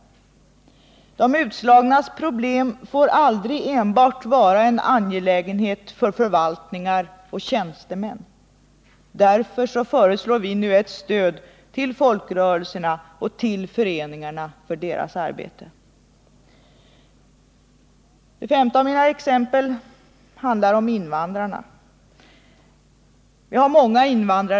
De utslagnas problem får aldrig vara en angelägenhet enbart för förvaltningar och tjänstemän. Därför föreslår vi nu ett stöd till folkrörelser och föreningar i deras arbete. 5. Det finns många invandrarrika kommuner i detta land.